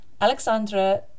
Alexandra